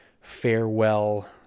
farewell